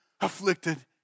afflicted